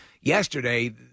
yesterday